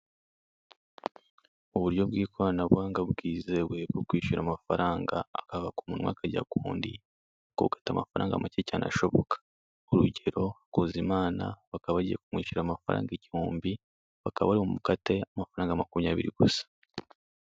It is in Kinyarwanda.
Uburyo bw'ikoraabuhanga bwizewe bwo kwishyura amafaranga akava ku muntu akajya kuwundi bakagukata amafaranga make cyane ashoboka urugero Hakuzimana bakaba bagiye kumwishyura amafaranga igihumbi bakaba bari bumukate amafaranga makumyabiri gusa.